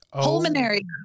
Pulmonary